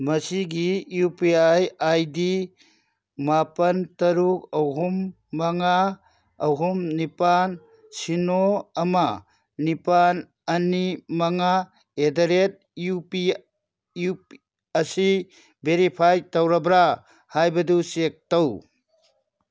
ꯃꯁꯤꯒꯤ U P I I D ꯃꯥꯄꯜ ꯇꯔꯨꯛ ꯑꯍꯨꯝ ꯃꯉꯥ ꯑꯍꯨꯝ ꯅꯤꯄꯥꯜ ꯁꯤꯅꯣ ꯑꯃ ꯅꯤꯄꯥꯜ ꯑꯅꯤ ꯃꯉꯥ at the rate U P U P ꯑꯁꯤ ꯕꯦꯔꯤꯐꯥꯏꯠ ꯇꯧꯔꯕ꯭ꯔꯥ ꯍꯥꯏꯕꯗꯨ ꯆꯦꯛ ꯇꯧ